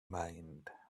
mind